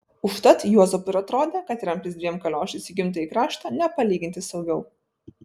užtat juozapui ir atrodė kad remtis dviem kaliošais į gimtąjį kraštą nepalyginti saugiau